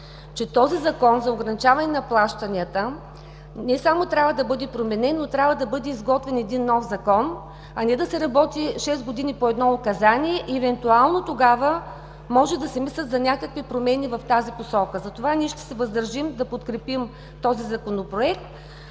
този Закон за ограничаване на плащанията не само трябва да бъде променен, но трябва да бъде изготвен един нов Закон, а не да се работи шест години по едно Указание и евентуално тогава да може се мисли за някакви промени в тази посока. Затова ние ще се въздържим да подкрепим този Законопроект.